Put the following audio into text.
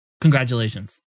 Congratulations